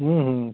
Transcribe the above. हूँ हूँ